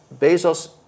Bezos